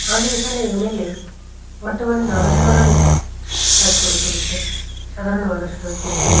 আমাদের এখানের এমএলএ বর্তমানে নানান ধরনের কাজ করে চলেছে সাধারণ মানুষের উদ্দেশ্যে